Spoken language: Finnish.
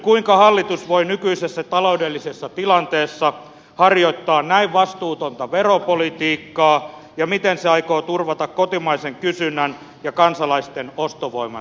kuinka hallitus voi nykyisessä taloudellisessa tilanteessa harjoittaa näin vastuutonta veropolitiikkaa ja miten se aikoo turvata kotimaisen kysynnän ja kansalaisten ostovoiman säilymisen